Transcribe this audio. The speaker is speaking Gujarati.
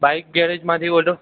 બાઈક ગેરેજમાંથી બોલો